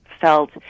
felt